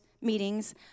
meetings